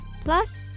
Plus